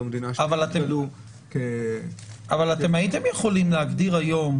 לא --- אם אני לא טועה,